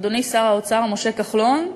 אדוני שר האוצר משה כחלון,